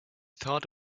thought